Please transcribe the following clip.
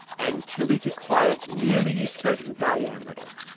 and till it acquired nearly its present diameter,